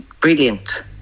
brilliant